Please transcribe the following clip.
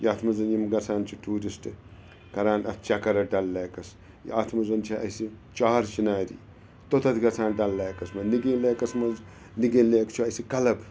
یتھ منٛز یِم گژھان چھِ ٹوٗرِسٹ کَران اَتھ چَکر اَتھ ڈَل لیکَس یہِ اَتھ منٛز چھِ اَسہِ چار چِناری توٚتَتھ گژھان ڈَل لیکَس منٛز نِگیٖن لیکَس منٛز نِگیٖن لیک چھُ اَسہِ کَلَب